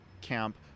camp